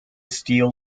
steel